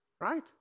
right